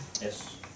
yes